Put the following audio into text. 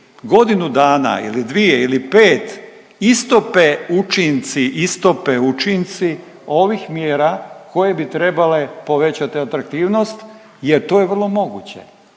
godinu dana ili dvije ili pet istope učinci, istope učinci ovih mjera koje bi trebale povećati atraktivnost jer to je vrlo moguće.